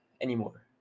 anymore